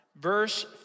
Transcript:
verse